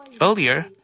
earlier